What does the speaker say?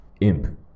Imp